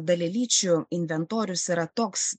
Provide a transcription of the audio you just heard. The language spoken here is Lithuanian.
dalelyčių inventorius yra toks